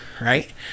right